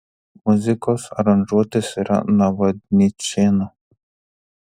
muzikos aranžuotės yra navadničėno